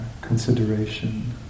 consideration